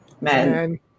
men